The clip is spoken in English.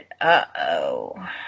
uh-oh